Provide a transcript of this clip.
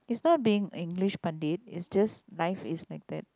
is not being English it's just life is like that